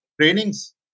trainings